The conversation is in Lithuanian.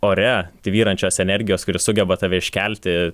ore tvyrančios energijos kuri sugeba tave iškelti